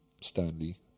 Stanley